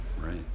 Right